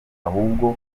ahubwo